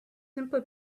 simply